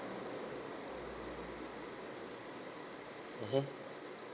mmhmm